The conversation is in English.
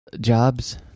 jobs